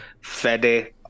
Fede